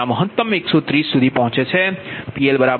તેથી Pg2તેના મહત્તમ 130 સુધી પહોંચે છે PL 310